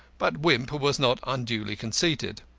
but wimp was not unduly conceited.